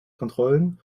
kontrollen